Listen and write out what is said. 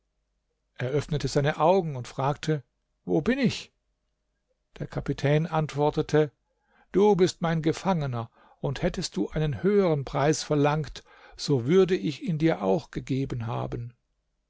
öffnete seine augen und fragte wo bin ich der kapitän antwortete du bist mein gefangener und hättest du einen höhern preis verlangt so würde ich ihn dir auch gegeben haben